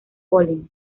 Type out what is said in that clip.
polen